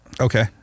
Okay